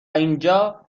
اینجا